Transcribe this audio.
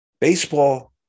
Baseball